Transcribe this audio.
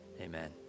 Amen